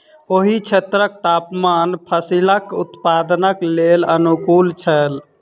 ओहि क्षेत्रक तापमान फसीलक उत्पादनक लेल अनुकूल छल